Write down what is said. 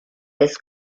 des